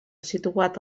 situat